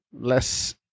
Less